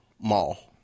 Mall